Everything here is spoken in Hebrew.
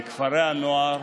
בכפרי הנוער.